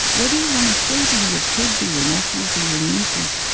what do you want to say to your kids or your nephews or your nieces?